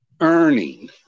earning